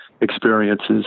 experiences